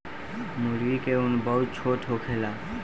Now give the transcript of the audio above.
मूर्गी के उम्र बहुत छोट होखेला